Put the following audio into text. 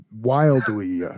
wildly